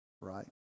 right